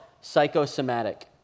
psychosomatic